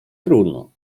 trudno